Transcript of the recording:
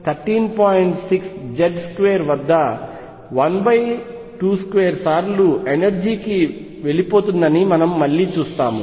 6 Z square వద్ద 122 సార్లు energy కి వెళ్లిపోతుందని మనం మళ్లీ చూస్తాము